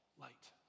light